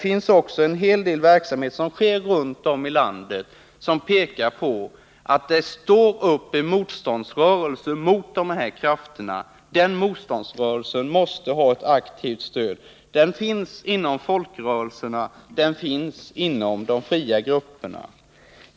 En hel del verksamhet runt om i landet pekar på att det står upp en motståndsrörelse mot dessa krafter. Den motståndsrörelsen måste ha ett aktivt stöd. Den finns inom folkrörelserna och inom de fria grupperna.